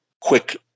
quick